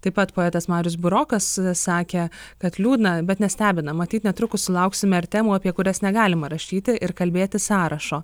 taip pat poetas marius burokas sakė kad liūdna bet nestebina matyt netrukus sulauksime ir temų apie kurias negalima rašyti ir kalbėti sąrašo